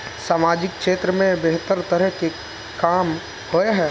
सामाजिक क्षेत्र में बेहतर तरह के काम होय है?